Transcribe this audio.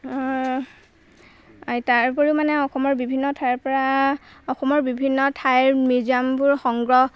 তাৰ উপৰিও মানে অসমৰ বিভিন্ন ঠাইৰপৰা অসমৰ বিভিন্ন ঠাইৰ মিউজিয়ামবোৰ সংগ্ৰহ